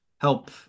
help